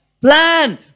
plan